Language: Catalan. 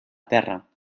terra